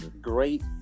Great